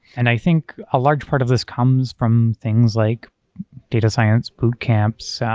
and i think a large part of this comes from things like data science boot camps so